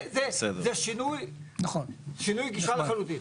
זה שינוי גישה לחלוטין.